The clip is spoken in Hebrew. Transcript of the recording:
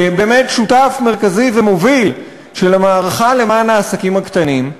כשותף מרכזי ומוביל באמת של המערכה למען העסקים הקטנים,